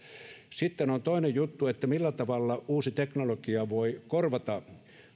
sitten on toinen juttu millä tavalla uusi teknologia voi korvata